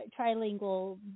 trilingual